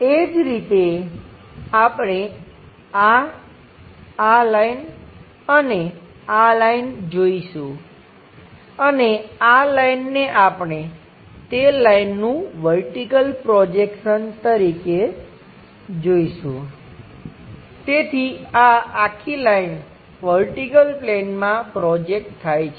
એ જ રીતે આપણે આ આ લાઈન અને આ લાઈન જોઈશું અને આ લાઈનને આપણે તે લાઈનનું વર્ટિકલ પ્રોજેક્શન તરીકે જોઈશું તેથી આ આખી લાઈન વર્ટિકલ પ્લેનમાં પ્રોજેકટ થાય છે